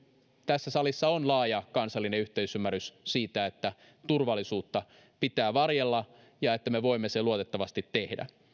tässä salissa on laaja kansallinen yhteisymmärrys siitä että turvallisuutta pitää varjella ja että me voimme sen luotettavasti tehdä